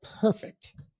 perfect